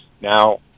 Now